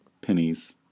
pennies